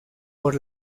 por